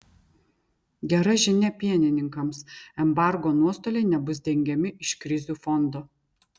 gera žinia pienininkams embargo nuostoliai nebus dengiami iš krizių fondo